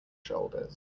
shoulders